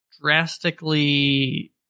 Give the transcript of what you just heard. drastically